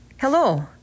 Hello